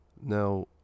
now